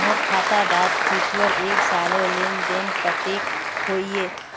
मोर खाता डात पिछुर एक सालेर लेन देन कतेक होइए?